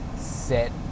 set